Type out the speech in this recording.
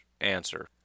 answer